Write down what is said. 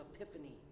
Epiphany